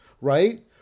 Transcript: right